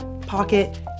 pocket